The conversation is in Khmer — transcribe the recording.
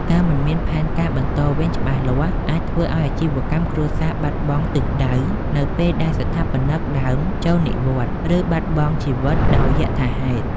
ការមិនមានផែនការបន្តវេនច្បាស់លាស់ អាចធ្វើឱ្យអាជីវកម្មគ្រួសារបាត់បង់ទិសដៅនៅពេលដែលស្ថាបនិកដើមចូលនិវត្តន៍ ឬបាត់បង់ជីវិតដោយយថាហេតុ។